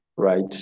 right